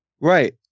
Right